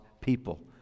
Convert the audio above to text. people